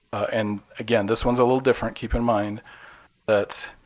and again, this one's a little different. keep in mind that